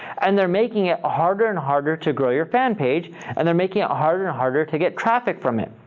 and they're making it ah harder and harder to grow your fan page and they're making it harder and harder to get traffic from it.